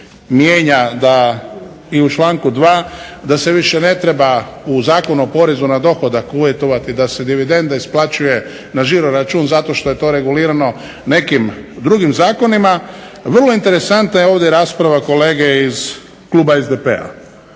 mijenja da i u članku 2. da se više ne treba u Zakonu o porezu na dohodak uvjetovati da se dividenda isplaćuje na žiro račun zato što je to regulirano nekim drugim zakonima vrlo interesantna je ovdje rasprava kolege iz kluba SDP-a.